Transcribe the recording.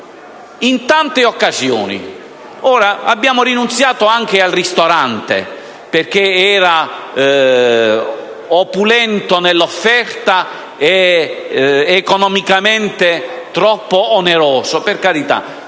in tante occasioni. Abbiamo rinunziato anche al ristorante, perche´ era opulento nell’offerta ed economicamente troppo oneroso; per carita,